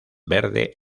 verde